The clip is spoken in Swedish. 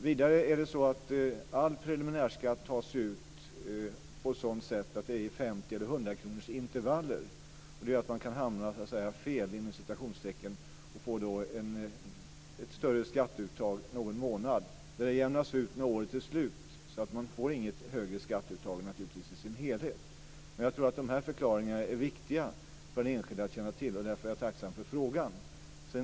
Vidare är det så att all preliminärskatt tas ut i 50 eller 100-kronorsintervaller. Det gör att man kan hamna "fel" och få ett större skatteuttag någon månad. Men det jämnas ut när året är slut. Man får alltså inte något högre skatteuttag i sin helhet. Jag tror att de här förklaringarna är viktiga för den enskilde att känna till, och därför är jag tacksam för frågan.